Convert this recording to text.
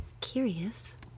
curious